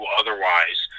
otherwise